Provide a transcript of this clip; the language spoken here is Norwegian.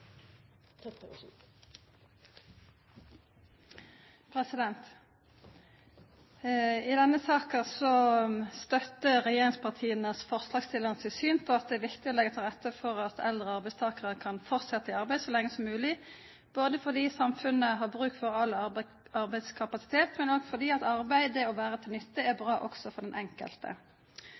i arbeid så lenge som mulig, både fordi samfunnet har bruk for all arbeidskapasitet, men også fordi arbeid – det å være til nytte – er bra også for den enkelte.